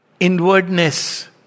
Inwardness